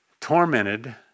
tormented